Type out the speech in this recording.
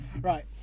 right